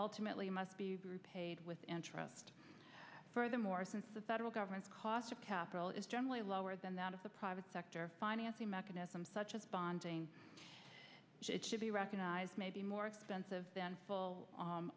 ultimately must be paid with interest furthermore since the federal government the cost of capital is generally lower than that of the private sector financing mechanism such as bonding it should be recognized may be more expensive than full